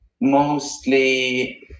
mostly